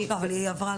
אם הבנתי נכון,